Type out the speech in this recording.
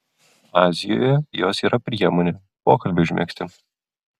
azijoje jos yra priemonė pokalbiui užmegzti